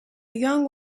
young